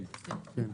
כן.